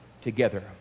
together